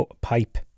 pipe